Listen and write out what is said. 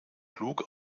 klug